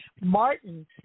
Martin